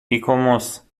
ایکوموس